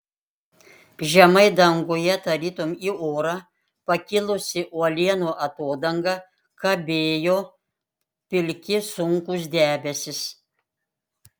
žemai danguje tarytum į orą pakilusi uolienų atodanga kabėjo pilki sunkūs debesys